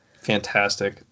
Fantastic